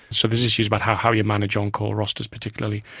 so there's issues about how how you manage on-call rosters particularly,